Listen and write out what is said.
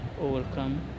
overcome